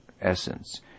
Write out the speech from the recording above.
essence